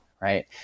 Right